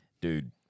Dude